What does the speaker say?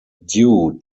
due